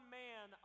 man